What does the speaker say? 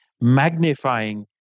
magnifying